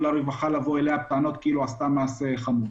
לרווחה באים אליה בטענות כאילו היא עשתה מעשה חמור.